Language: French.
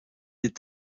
est